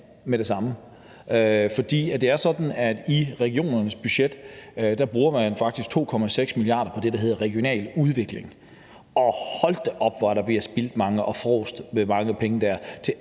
med det samme. For det er sådan, at i regionernes budget bruger man faktisk 2,6 mia. kr. på det, der hedder regional udvikling, og hold da op, hvor der bliver spildt mange penge og fråset med mange penge dér til